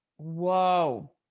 Whoa